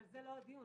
אבל זה לא הדיון.